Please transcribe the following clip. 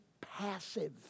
passive